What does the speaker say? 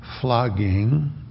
flogging